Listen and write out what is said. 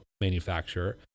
manufacturer